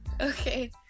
Okay